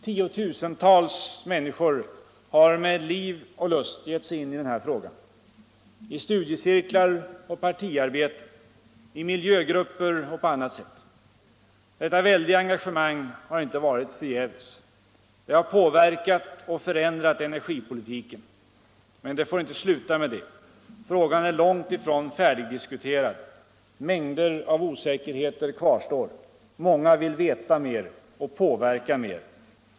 Tiotusentals människor har med liv och lust gett sig in i den här frågan, i studiecirklar och partiarbete, i miljögrupper och på annat sätt. Detta väldiga engagemang har inte varit förgäves. Det har påverkat och förändrat energipolitiken. Men det får inte sluta med detta. Frågan är långt ifrån färdigdiskuterad. Mängder av osäkerheter kvarstår. Många vill veta mer och påverka mer.